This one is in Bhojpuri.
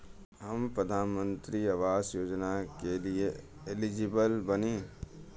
हम प्रधानमंत्री आवास योजना के लिए एलिजिबल बनी?